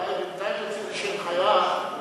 אולי בינתיים תוציא הנחיה כלשהי בעניין הזה?